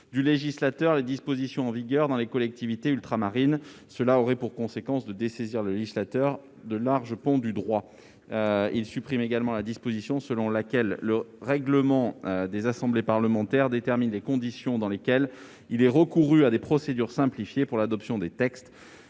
du législateur les dispositions en vigueur dans les collectivités ultramarines. Une telle possibilité, en effet, aurait pour conséquence de dessaisir le législateur de larges pans du droit. Le sous-amendement tend également à supprimer la disposition selon laquelle le règlement des assemblées parlementaires détermine les conditions dans lesquelles il est recouru à des procédures simplifiées pour l'adoption des textes